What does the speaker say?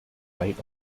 wright